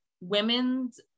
women's